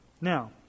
Now